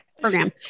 program